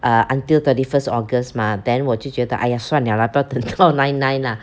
uh until thirty first august mah then 我就觉得 !aiya! 算 liao lah 不要等到 nine nine lah